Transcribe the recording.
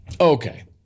Okay